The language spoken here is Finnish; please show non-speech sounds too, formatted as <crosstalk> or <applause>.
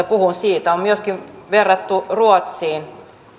<unintelligible> puhun siitä on myöskin verrattu ruotsiin